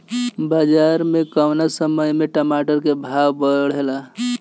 बाजार मे कौना समय मे टमाटर के भाव बढ़ेले?